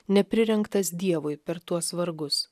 neprirengtas dievui per tuos vargus